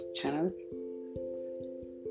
channel